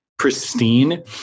pristine